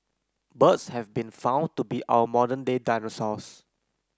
birds have been found to be our modern day dinosaurs